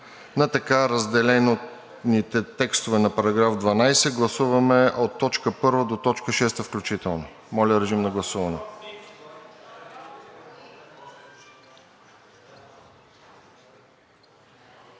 на така разделените текстове на § 12 – гласуваме от т. 1 до т. 6 включително. Моля, режим на гласуване.